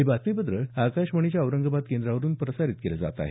हे बातमीपत्र आकाशवाणीच्या औरंगाबाद केंद्रावरून प्रसारित केलं जात आहे